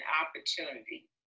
opportunity